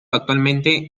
actualmente